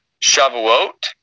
Shavuot